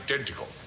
identical